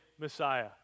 Messiah